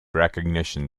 recognition